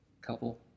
couple